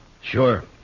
Sure